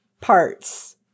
parts